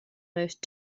most